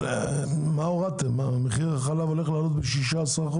מה הורדתם אם מחיר החלב המפוקח הולך לעלות ב-16%?